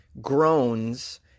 groans